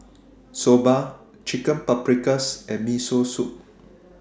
Soba Chicken Paprikas and Miso Soup